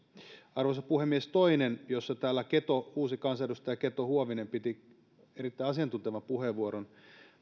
arvoisa puhemies toinen asia täällä uusi kansanedustaja keto huovinen piti erittäin asiantuntevan puheenvuoron